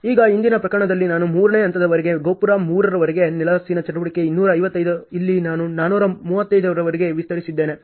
ಈಗ ಹಿಂದಿನ ಪ್ರಕರಣದಲ್ಲಿ ನಾನು 3 ನೇ ಹಂತದವರೆಗೆ ಗೋಪುರ 3 ರವರೆಗೆ ನೆಲಹಾಸಿನ ಚಟುವಟಿಕೆ 255 ಇಲ್ಲಿ ನಾನು 435 ರವರೆಗೆ ವಿಸ್ತರಿಸಿದ್ದೇನೆ